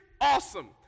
Awesome